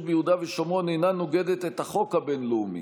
ביהודה ושומרון אינה נוגדת את החוק הבין-לאומי,